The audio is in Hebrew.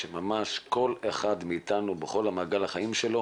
שממש כל אחד מאתנו בכל מעגל החיים שלו